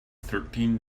thirteen